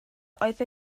oedd